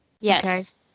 Yes